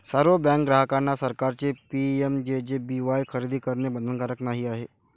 सर्व बँक ग्राहकांना सरकारचे पी.एम.जे.जे.बी.वाई खरेदी करणे बंधनकारक नाही आहे